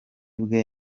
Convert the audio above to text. bwe